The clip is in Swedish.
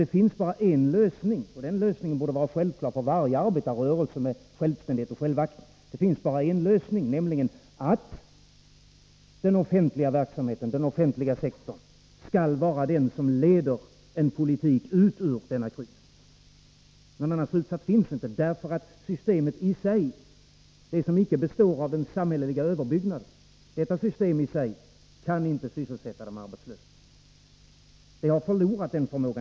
Det finns bara en lösning, och den borde vara självklar för varje arbetarrörelse med självständighet och självaktning. Den lösningen är att den offentliga sektorn skall vara den som leder en politik ut ur denna kris. Någon annan slutsats kan inte dras. Systemet i sig — det som inte består av den samhälleliga överbyggnaden — kan ju inte sysselsätta de arbetslösa. Det har förlorat den förmågan.